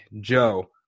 Joe